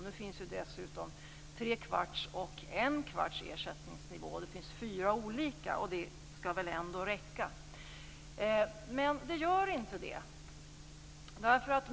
Nu finns det dessutom tre kvarts och en kvarts ersättning. Det finns fyra olika, och det skall väl ändå räcka. Men det gör inte det.